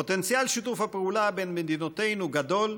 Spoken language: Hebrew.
פוטנציאל שיתוף הפעולה בין מדינותינו גדול,